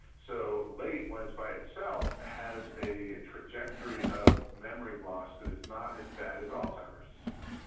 so late when it's by itself has a trajectory of memory loss that is not as bad as alzheimer's disease.